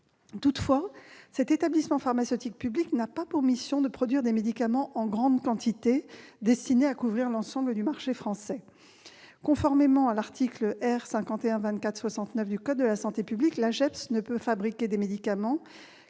Toutefois, cet établissement pharmaceutique public n'a pas pour mission de produire des médicaments en grande quantité destinés à couvrir le marché français. Conformément à l'article R. 5124-69 du code de la santé publique, l'AGEPS ne peut fabriquer des médicaments